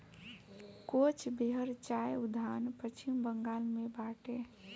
कोच बेहर चाय उद्यान पश्चिम बंगाल में बाटे